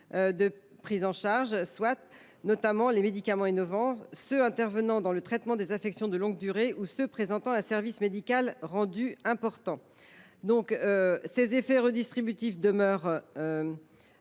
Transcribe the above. de prise en charge soit, notamment, les médicaments innovants, ceux qui interviennent dans le traitement des affections de longue durée ou ceux qui présentent un service médical rendu important. Ces effets redistributifs demeurent,